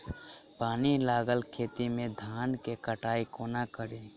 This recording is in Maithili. पानि लागल खेत मे धान केँ कटाई कोना कड़ी?